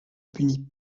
punit